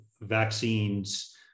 vaccines